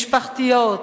משפחתיות,